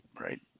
right